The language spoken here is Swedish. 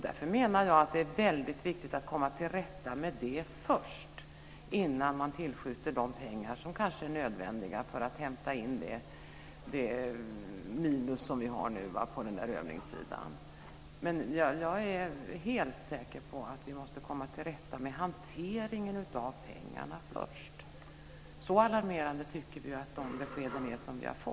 Därför menar jag att det är väldigt viktigt att komma till rätta med det först innan man tillskjuter de pengar som kanske är nödvändiga för att hämta in det minus som är på övningssidan. Jag är alltså helt säker på att vi måste komma till rätta med hanteringen av pengarna först. Så alarmerande tycker vi att beskeden är som vi har fått.